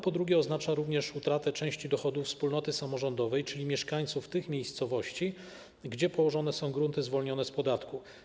Po drugie, oznacza to również utratę części dochodów wspólnoty samorządowej, czyli mieszkańców tych miejscowości, w których położone są grunty zwolnione z podatku.